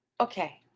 okay